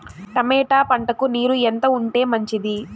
Tomato పంటకు నీరు ఎంత ఉంటే మంచిది?